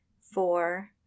four